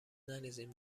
نریزیم